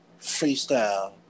freestyle